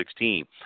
2016